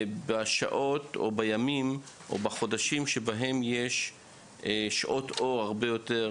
בשבועות או בחודשים שבהם יש שעות אור ארוכות יותר